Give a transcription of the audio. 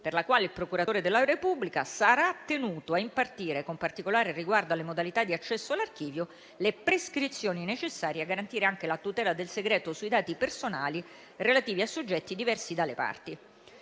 modifica, il procuratore della Repubblica sarà tenuto a impartire, con particolare riguardo alle modalità di accesso all'archivio, le prescrizioni necessarie a garantire anche la tutela del segreto sui dati personali relativi a soggetti diversi dalle parti.